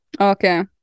Okay